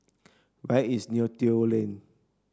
where is Neo Tiew Lane